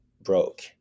broke